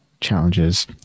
challenges